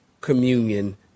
communion